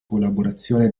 collaborazione